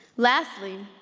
lastly,